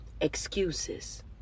excuses